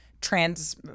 trans